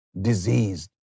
diseased